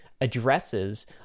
addresses